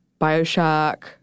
Bioshock